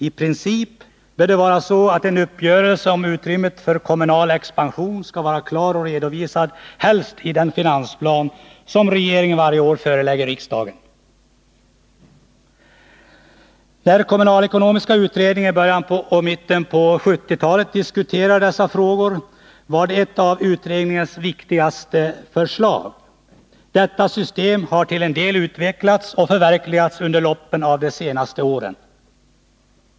I princip bör det vara så att en uppgörelse om utrymmet för kommunal expansion helst skall vara klar och redovisad i den finansplan som regeringen varje år förelägger riksdagen. När kommunalekonomiska utredningen i början och mitten på 1970-talet diskuterade dessa frågor var det ett av utredningens viktigaste förslag. Det systemet har till en del utvecklats och förverkligats under loppet av de senaste åren.